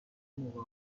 موقع